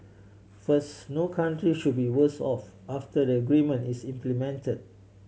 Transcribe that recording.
first no country should be worse off after the agreement is implement